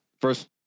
first